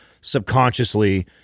subconsciously